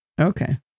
Okay